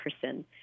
person